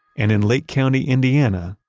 and in lake county, indiana,